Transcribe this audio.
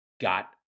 Got